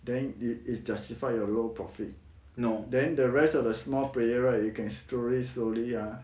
then it is justified your low profit then the rest of the small player right you can slowly slowly ah